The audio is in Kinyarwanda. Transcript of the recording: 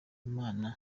imana